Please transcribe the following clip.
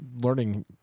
learning